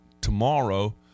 tomorrow